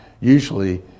Usually